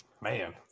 Man